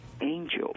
angel